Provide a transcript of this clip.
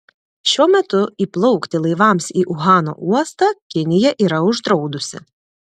šiuo metu įplaukti laivams į uhano uostą kinija yra uždraudusi